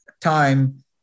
time